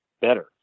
better